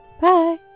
Bye